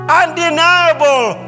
undeniable